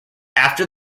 after